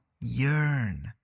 yearn